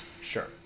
Sure